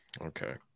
Okay